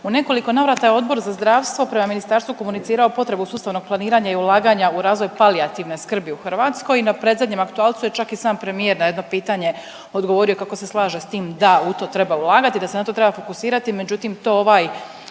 U nekoliko navrata je Odbor za zdravstvo prema ministarstvu komunicirao potrebu sustavnog planiranja i ulaganja u razvoj palijativne skrbi u Hrvatskoj i na predzadnjem aktualcu je čak i sam premijer na jedno pitanje odgovorio kako se slaže s tim da u to treba ulagati da se na to treba fokusirati, međutim to ovaj